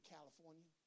California